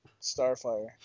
Starfire